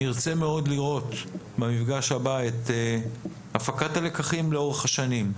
אני ארצה מאוד לראות במפגש הבא את הפקת הלקחים לאורך השנים.